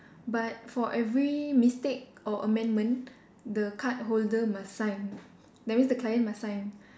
but for every mistake or amendment the card holder must sign that means the client must sign